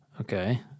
okay